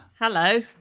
Hello